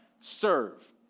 serve